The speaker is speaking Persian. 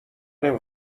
نمی